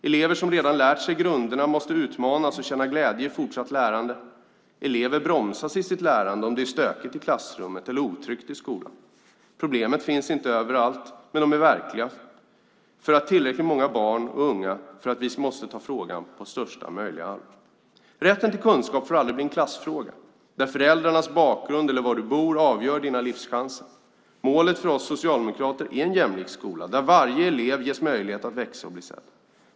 Elever som redan lärt sig grunderna måste utmanas och kunna känna glädje i fortsatt lärande. Elever bromsas i sitt lärande om det är stökigt i klassrummet eller otryggt i skolan. Problemen finns inte överallt, men de är verkliga för tillräckligt många barn och unga och för att vi måste ta frågan på största möjliga allvar. Rätten till kunskap får aldrig bli en klassfråga där föräldrarnas bakgrund eller var du bor avgör dina livschanser. Målet för oss socialdemokrater är en jämlik skola där varje elev ges en möjlighet att växa och bli sedd.